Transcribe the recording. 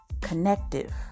connective